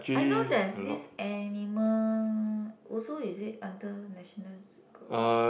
I know there is this animal also is it under National geographical